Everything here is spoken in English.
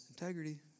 integrity